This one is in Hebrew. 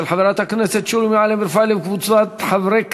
של חברת הכנסת שולי מועלם-רפאלי וקבוצת חברי כנסת,